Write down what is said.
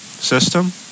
System